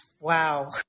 Wow